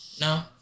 No